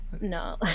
No